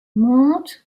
montent